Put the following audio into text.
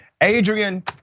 Adrian